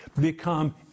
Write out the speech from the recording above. become